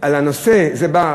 על הנושא שלפנינו.